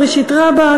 בבראשית רבה,